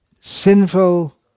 sinful